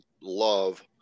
love